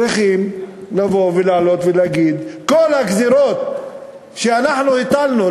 צריכים לבוא ולעלות ולהגיד: כל הגזירות שאנחנו הטלנו,